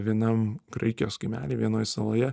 vienam graikijos kaimely vienoj saloje